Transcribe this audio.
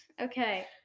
okay